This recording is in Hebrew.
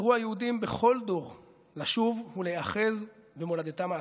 חתרו היהודים בכל דור לשוב ולהיאחז במולדתם העתיקה,